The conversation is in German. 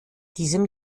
diesem